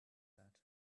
that